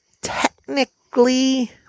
technically